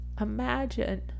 imagine